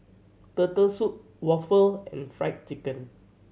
Turtle Soup waffle and Fried Chicken